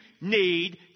need